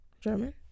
german